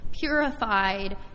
purified